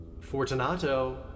Fortunato